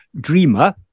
dreamer